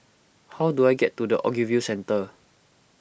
how do I get to the Ogilvy Centre